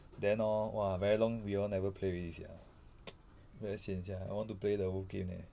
then orh !wah! very long we all never play already sia very sian sia I want to play the eh